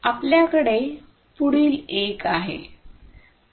आपल्याकडे पुढील एक आहे 802